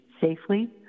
safely